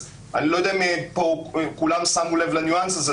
אני לא יודע אם כולם שמו לב לניואנס הזה.